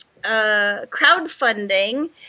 crowdfunding